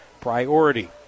priority